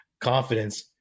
confidence